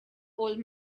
old